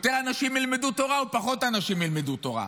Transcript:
יותר אנשים ילמדו תורה או פחות אנשים ילמדו תורה?